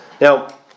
Now